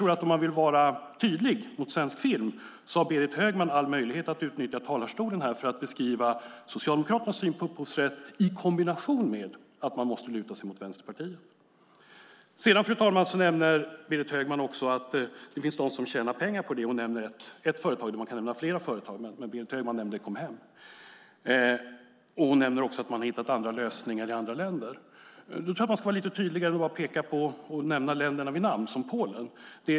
Om Berit Högman vill vara tydlig mot svensk film har hon all möjlighet att utnyttja talarstolen här för att beskriva Socialdemokraternas syn på upphovsrätt i kombination med att de måste luta sig mot Vänsterpartiet. Fru talman! Berit Högman nämner också att det finns sådana som tjänar pengar på detta och nämner ett företag, Comhem; man kan nämna flera företag. Hon nämner också att man hittat andra lösningar i andra länder. Man ska vara lite tydligare och nämna länderna vid namn, som Polen.